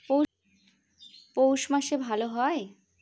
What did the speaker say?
পৌষ মাসে ভালো হয়?